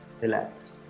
relax